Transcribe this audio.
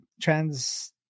trans